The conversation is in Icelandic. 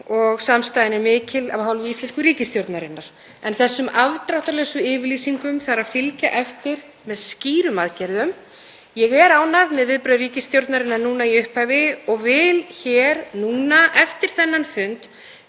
og samstaðan er mikil af hálfu íslensku ríkisstjórnarinnar en þessum afdráttarlausu yfirlýsingum þarf að fylgja eftir með skýrum aðgerðum. Ég er ánægð með viðbrögð ríkisstjórnarinnar núna í upphafi og vil hér núna eftir þennan fund